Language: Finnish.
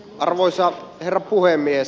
arvoisa herra puhemies